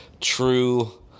true